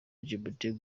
egypt